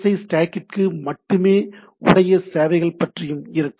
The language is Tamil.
ஐ ஸ்டேக்கிற்கு மட்டுமே உடைய சேவைகள் பற்றியும் இருக்கும்